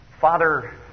Father